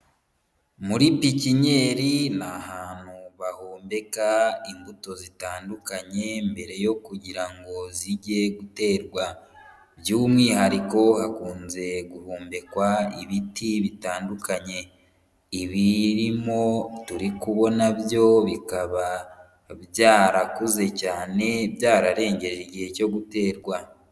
Muri bikinyeri ni ahantu bahombeka imbuto zitandukanye mbere yo kugira ngo zijye guterwa. By'umwihariko hakunze guhumekwa ibiti bitandukanye. Ibirimo turi kubona na byo, bikaba byarakuze cyane, byararengeye igihe cyo guterwa.